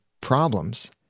problems